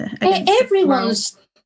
Everyone's